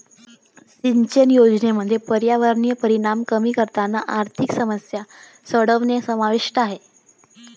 सिंचन योजनांमध्ये पर्यावरणीय परिणाम कमी करताना आर्थिक समस्या सोडवणे समाविष्ट आहे